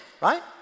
right